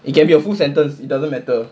it can be a full sentence it doesn't matter